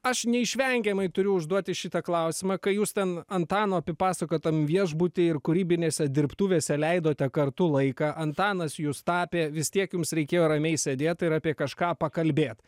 aš neišvengiamai turiu užduoti šitą klausimą kai jūs ten antano apipasakojot tam viešbuty ir kūrybinėse dirbtuvėse leidote kartu laiką antanas jus tapė vis tiek jums reikėjo ramiai sėdėt ir apie kažką pakalbėt